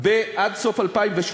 עד סוף 2017,